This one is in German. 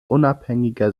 unabhängiger